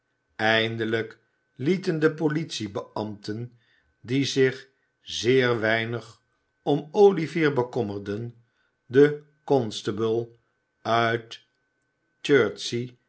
eindelijk lieten de poli iebeambten die zich zeer weinig om olivier bekommerden den constable uit chertsey